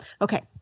Okay